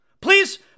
please